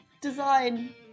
design